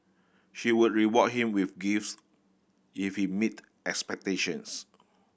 she would reward him with gifts if he meet expectations